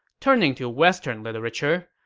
turning to western literature,